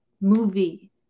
movie